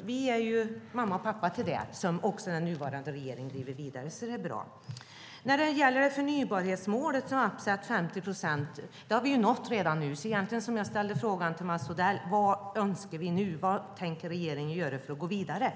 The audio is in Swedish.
Vi är ju mamma och pappa till det, som också den nuvarande regeringen driver vidare. Det är bra. När det gäller förnybarhetsmålet anser jag att vi redan har nått 50 procent. Som jag ställde frågan till Mats Odell, vad önskar vi egentligen nu? Vad tänker regeringen göra för att gå vidare?